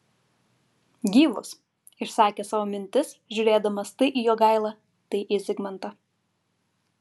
gyvus išsakė savo mintis žiūrėdamas tai į jogailą tai į zigmantą